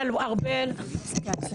ארבל.